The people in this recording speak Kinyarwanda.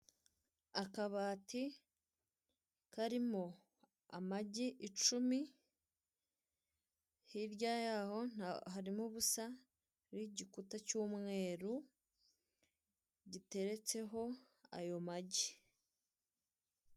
Akabati karimo amagi icumi, hirya yaho harimo ubusa n'igikuta cyumweru giteretseho ayo magi.